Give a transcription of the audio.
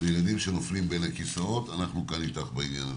וילדים שנופלים בין הכיסאות אנחנו כאן איתך בעניין הזה.